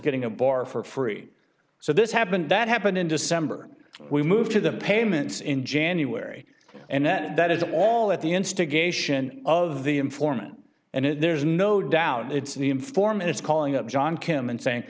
getting a bar for free so this happened that happened in december we moved to the payments in january and that is all at the instigation of the informant and it there's no doubt it's an informant it's calling up john kim and saying